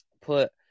put